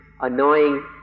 annoying